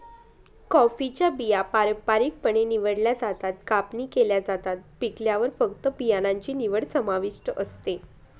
कॉफीच्या बिया पारंपारिकपणे निवडल्या जातात, कापणी केल्या जातात, पिकल्यावर फक्त बियाणांची निवड समाविष्ट असते